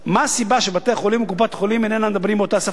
מה הסיבה שבתי-החולים וקופות-החולים אינם מדברים באותה שפה?